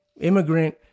immigrant